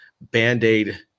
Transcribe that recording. band-aid